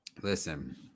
listen